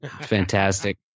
Fantastic